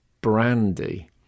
brandy